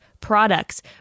products